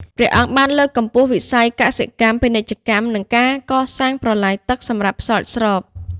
ព្រះអង្គបានលើកកម្ពស់វិស័យកសិកម្ម ពាណិជ្ជកម្ម និងការកសាងប្រឡាយទឹកសម្រាប់ស្រោចស្រព។